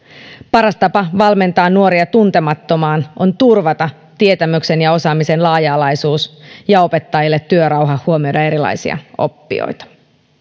paras tapa valmentaa nuoria tuntemattomaan on turvata tietämyksen ja osaamisen laaja alaisuus ja opettajille työrauha huomioida erilaisia oppijoita